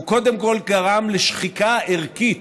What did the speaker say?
והוא קודם כול גרם לשחיקה ערכית